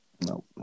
No